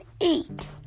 eight